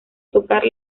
tocar